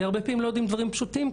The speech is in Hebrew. הרבה פעמים לא יודעים דברים פשוטים,